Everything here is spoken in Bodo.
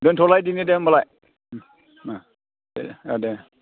दोनथ'लायदिनि दे होनबालाय मा दे औ दे